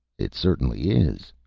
it certainly is,